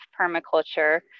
permaculture